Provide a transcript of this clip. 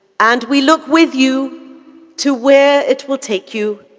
and we look with you to where it will take you,